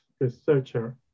researcher